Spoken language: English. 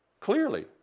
clearly